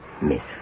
Miss